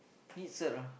need cert ah